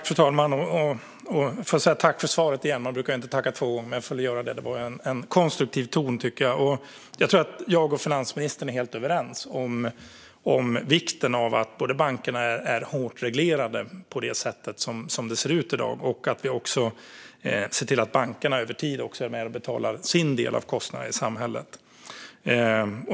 Fru talman! Man brukar inte tacka två gånger för svaret, men jag får väl göra det, för jag tycker att det var en konstruktiv ton. Jag tror att finansministern och jag är helt överens om vikten både av att bankerna är hårt reglerade på det sätt som vi ser i dag och att vi ser till att bankerna över tid är med och betalar sin del av kostnaderna i samhället.